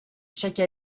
chaque